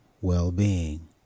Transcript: well-being